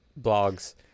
blogs